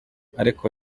ariko